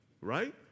right